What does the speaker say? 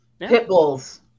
Pitbulls